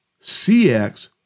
CX